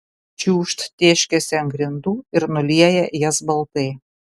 čiūžt tėškiasi ant grindų ir nulieja jas baltai